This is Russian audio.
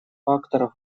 факторов